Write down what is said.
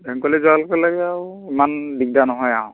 বেংকলৈ যোৱা লগে লগে আৰু ইমান দিগদাৰ নহয় আৰু